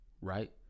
Right